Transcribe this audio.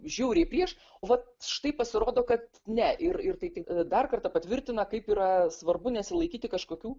žiauriai prieš vat štai pasirodo kad ne ir ir tai tik dar kartą patvirtina kaip yra svarbu nesilaikyti kažkokių